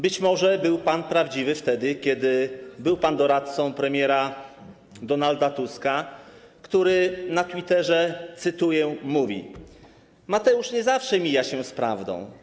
Być może był pan prawdziwy wtedy, kiedy był pan doradcą premiera Donalda Tuska, który na Twitterze pisze - cytuję: Mateusz nie zawsze mija się z prawdą.